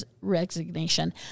resignation